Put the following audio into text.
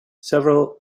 several